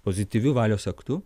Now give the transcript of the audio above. pozityviu valios aktu